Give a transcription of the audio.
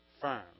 firm